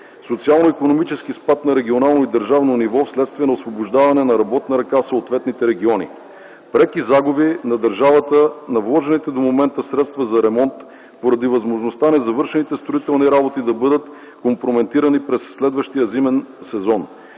социално-икономически спад на регионално и държавно ниво вследствие на освобождаване на работна ръка в съответните региони; преки загуби на държавата на вложените до момента средства за ремонт поради възможността незавършените строителни работи да бъдат компрометирани през следващия зимен сезон;